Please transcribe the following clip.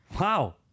wow